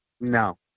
no